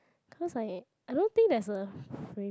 cause I I don't think there's a